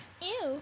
Ew